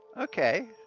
Okay